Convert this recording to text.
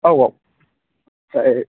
औ औ